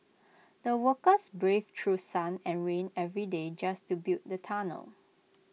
the workers braved through sun and rain every day just to build the tunnel